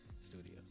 studio